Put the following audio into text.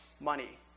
money